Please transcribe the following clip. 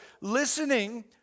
listening